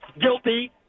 guilty